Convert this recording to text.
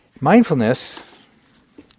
Mindfulness